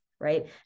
right